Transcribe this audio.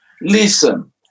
listen